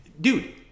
Dude